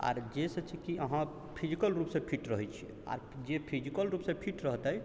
आर जे से छै की अहाँ फिजिकल रूपसँ फिट रहै छी आओर जे फिजिकल रूपसँ फिट रहतै